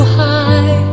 high